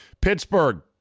Pittsburgh